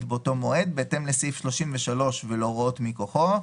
באותו מועד בהתאם לסעיף 33 ולהוראות מכוחו,